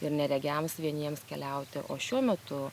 ir neregiams vieniems keliauti o šiuo metu